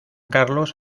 carlos